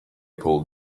pulled